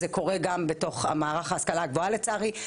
זה קורה גם בתוך המערך להשכלה גבוהה לצערי,